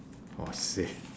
!wahseh!